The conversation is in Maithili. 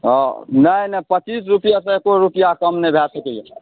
हँ नहि नहि पच्चीस रुपैआसँ एको रुपैआ कम नहि भऽ सकैए